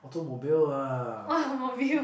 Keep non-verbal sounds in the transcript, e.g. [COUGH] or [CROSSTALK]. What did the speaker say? automobil lah [BREATH]